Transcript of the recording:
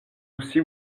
aussi